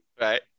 Right